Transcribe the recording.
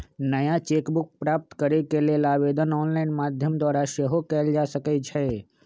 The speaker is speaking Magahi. नया चेक बुक प्राप्त करेके लेल आवेदन ऑनलाइन माध्यम द्वारा सेहो कएल जा सकइ छै